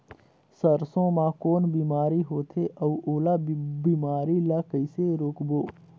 सरसो मा कौन बीमारी होथे अउ ओला बीमारी ला कइसे रोकबो?